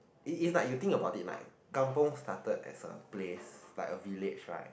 i~ is like you think about it lah kampung started as a place like a village right